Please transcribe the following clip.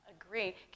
Agree